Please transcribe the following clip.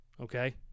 Okay